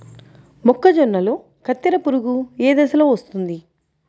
మొక్కజొన్నలో కత్తెర పురుగు ఏ దశలో వస్తుంది?